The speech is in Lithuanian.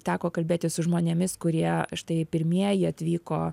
teko kalbėti su žmonėmis kurie štai pirmieji atvyko